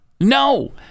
No